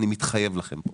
אני מתחייב לכם פה